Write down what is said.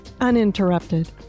uninterrupted